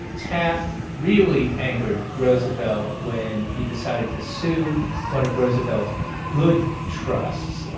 taft really angered roosevelt when he decided to sue one of roosevelt's good trusts.